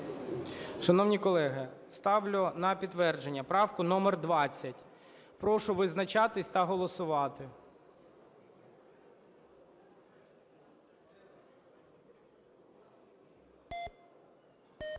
Шановні колеги, ставлю на підтвердження правку номер 20. Прошу визначатись та голосувати.